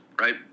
right